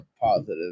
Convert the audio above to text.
positive